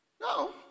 No